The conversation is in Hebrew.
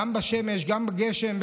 גם בשמש גם בגשם,